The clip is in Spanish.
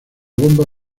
bomba